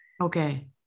Okay